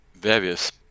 various